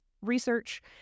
research